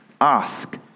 ask